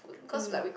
mm